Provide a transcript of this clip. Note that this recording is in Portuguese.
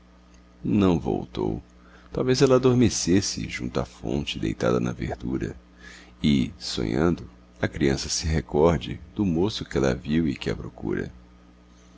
não voltou talvez ela adormecesse junto à fonte deitada na verdura e sonhando a criança se recorde do moço que ela viu e que a procura